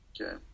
okay